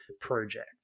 project